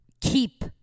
keep